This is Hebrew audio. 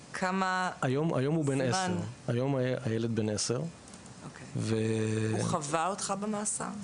היום הילד בן 10. הוא חווה אותך במאסר?